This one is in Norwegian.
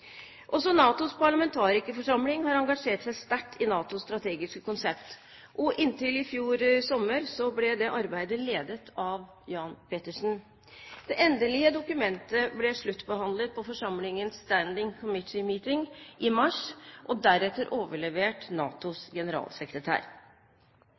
Også NATOs parlamentarikerforsamling har engasjert seg sterkt i NATOs strategiske konsept. Inntil i fjor sommer ble dette arbeidet ledet av Jan Petersen. Det endelige dokumentet ble sluttbehandlet på forsamlingens Standing Committee Meeting i mars og deretter overlevert NATOs